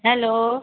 hello